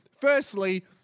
firstly